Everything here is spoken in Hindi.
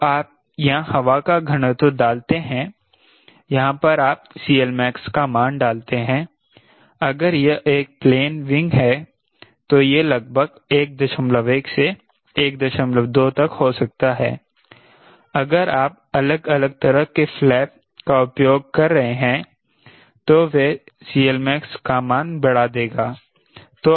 तो आप यहाँ हवा का घनत्व डालते हैं यहाँ पर आप CLmax का मान डालते हैं अगर यह एक प्लेन विंग है तो ये लगभग 11 से 12 तक हो सकता है अगर आप अलग अलग तरह के फ्लैप का उपयोग कर रहे हैं तो वह CLmax का मान बढ़ा देगा